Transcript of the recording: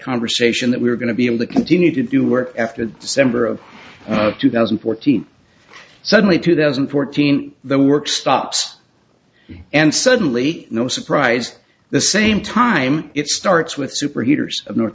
conversation that we were going to be able to continue to do work after the december of two thousand and fourteen suddenly two thousand and fourteen the work stops and suddenly no surprise the same time it starts with super heaters of north